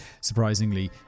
surprisingly